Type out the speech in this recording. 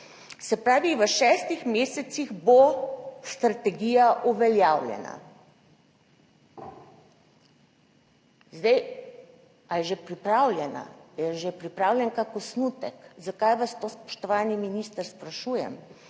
Se pravi, v šestih mesecih bo strategija uveljavljena. Zdaj ali je že pripravljena? Je že pripravljen kak osnutek? Zakaj vas to, spoštovani minister, sprašujem?